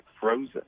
frozen